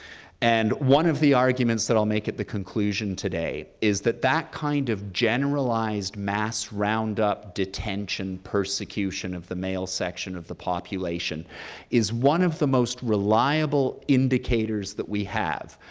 and one of the arguments that i'll make at the conclusion today is that that kind of generalized mass roundup, detention, persecution of the male section of the population is one of the most reliable indicators that we have,